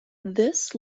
this